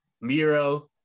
Miro